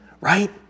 right